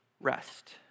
rest